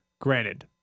Granted